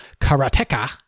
Karateka